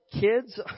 kids